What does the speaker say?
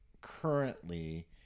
currently